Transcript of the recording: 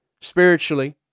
spiritually